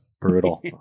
Brutal